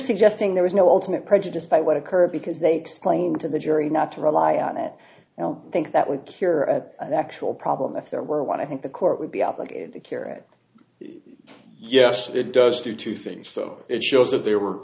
suggesting there is no ultimate prejudice by what occurred because they explained to the jury not to rely on it i don't think that would cure actual problem if there were one i think the court would be obligated to cure it yes it does do two things so it shows that they were